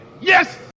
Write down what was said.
yes